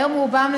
היום רובם,